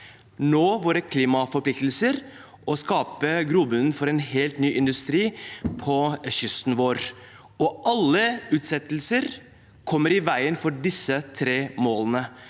nå våre klimaforpliktelser og å skape grobunn for en helt ny industri på kysten vår. Alle utsettelser kommer i veien for disse tre målene.